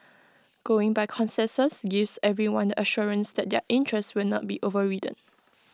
going by consensus gives everyone the assurance that their interests will not be overridden